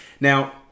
Now